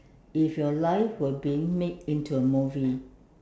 if your life were being made into a movie